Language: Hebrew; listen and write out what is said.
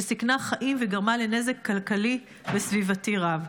שסיכנה חיים וגרמה לנזק כלכלי וסביבתי רב.